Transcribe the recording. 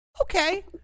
Okay